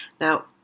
Now